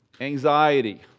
Anxiety